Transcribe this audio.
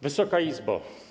Wysoka Izbo!